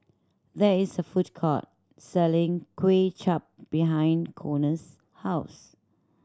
there is a food court selling Kway Chap behind Konner's house